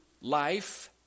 life